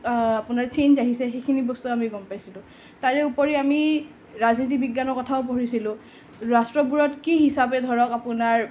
আপোনাৰ ছেইঞ্জ আহিছে সেইিখনি আমি গম পাইছিলোঁ তাৰে উপৰি আমি ৰাজনীতি বিজ্ঞানৰ কথাও পঢ়িছিলোঁ ৰাষ্ট্ৰবোৰত কি হিচাপে ধৰক আপোনাৰ